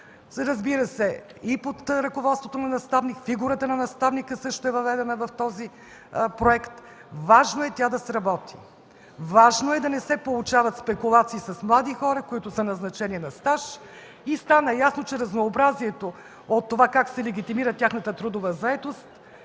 разбира се, и под ръководството на наставник. Фигурата на наставника също е въведена в този проект. Важно е тя да сработи. Важно е да не се получават спекулации с млади хора, които са назначени на стаж. Стана ясно, че разнообразието от това как се легитимира тяхната трудова заетост